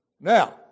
Now